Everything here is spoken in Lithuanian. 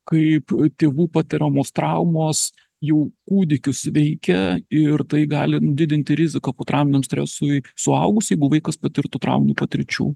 kaip tėvų patiriamos traumos jau kūdikius veikia ir tai gali didinti riziką potrauminiam stresui suaugus jeigu vaikas patirtų trauminių patirčių